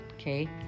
Okay